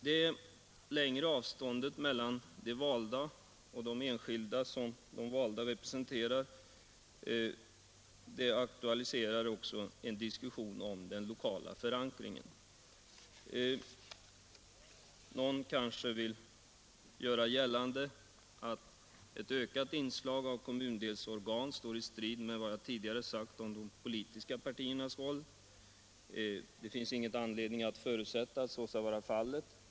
Det längre avståndet mellan de valda och de enskilda, som de valda representerar, aktualiserar också en diskussion om den lokala förankringen. Någon kanske vill göra gällande att ett ökat inslag av kommundelsorgan står i strid med vad jag tidigare sagt om de politiska partiernas roll. Det finns ingen anledning att förutsätta att så skulle vara fallet.